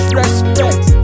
respect